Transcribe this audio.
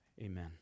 Amen